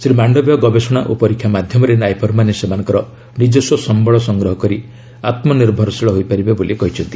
ଶ୍ରୀ ମାଣ୍ଡବୀୟ ଗବେଷଣା ଓ ପରୀକ୍ଷା ମାଧ୍ୟମରେ ନାଇପର୍ମାନେ ସେମାନଙ୍କର ନିଜସ୍ୱ ସମ୍ଭଳ ସଂଗ୍ରହ କରି ଆତ୍କନିର୍ଭରଶୀଳ ହୋଇପାରିବେ ବୋଲି କହିଛନ୍ତି